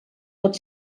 tot